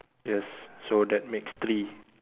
yes so that makes three